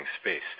space